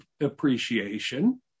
appreciation